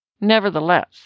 Nevertheless